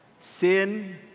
Sin